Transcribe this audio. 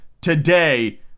today